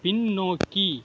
பின்னோக்கி